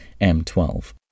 M12